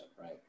right